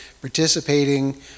participating